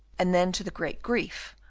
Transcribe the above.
and then to the great grief,